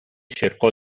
cercò